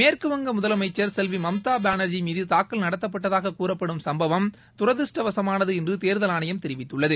மேற்குவங்க முதலமைச்சர் செல்வி மம்தா பானர்ஜி மீது தாக்கல் நடத்தப்பட்டதாக கூறப்படும் சம்பவம் துரதிருஷ்டவசமானது என்று தேர்தல் ஆணையம் தெரிவித்துள்ளது